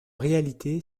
réalité